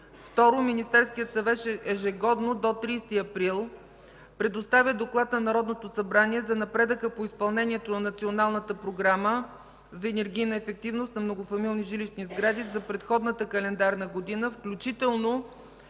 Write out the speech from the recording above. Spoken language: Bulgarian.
й. 2. Министерският съвет ежегодно до 30 април предоставя доклад на Народното събрание за напредъка по изпълнението на Националната програма за енергийна ефективност на многофамилни жилищни сгради за предходната календарна година, включително